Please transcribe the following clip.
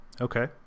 Okay